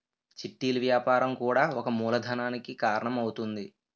చిట్టీలు వ్యాపారం కూడా ఒక మూలధనానికి కారణం అవుతుంది